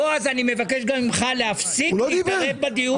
ובועז, אני מבקש גם ממך להפסיק להתערב בדיון.